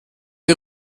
die